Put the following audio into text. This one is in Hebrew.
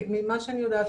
ממה שאני יודעת,